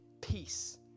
Peace